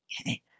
Okay